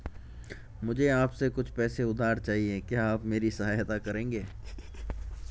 मुझे आपसे कुछ पैसे उधार चहिए, क्या आप मेरी सहायता करेंगे?